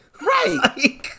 Right